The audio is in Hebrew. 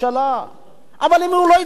אבל אם הוא לא התכוון באמת ברצינות